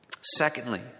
Secondly